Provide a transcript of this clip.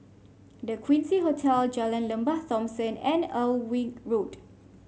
The Quincy Hotel Jalan Lembah Thomson and Alnwick Road